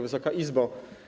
Wysoka Izbo!